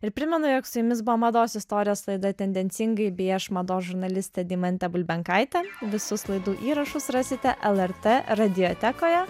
ir primenu jog su jumis buvo mados istorijos raida tendencingai bei aš mados žurnalistė deimantė bulbenkaitė visus laidų įrašus rasite lrt radiotekoje